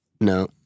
No